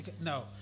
no